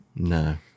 No